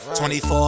24